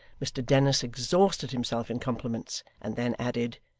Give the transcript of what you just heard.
mr dennis exhausted himself in compliments, and then added,